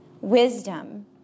wisdom